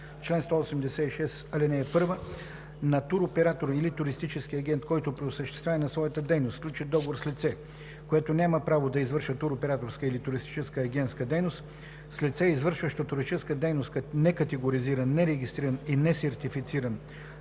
изменя така: „Чл. 186. (1) На туроператор или туристически агент, който при осъществяване на своята дейност сключи договор с лице, което няма право да извършва туроператорска или туристическа агентска дейност, с лице, извършващо туристическа дейност в некатегоризиран, нерегистриран или несертифициран